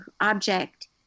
object